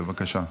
בבקשה.